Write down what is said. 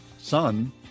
Sun